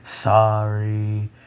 sorry